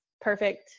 perfect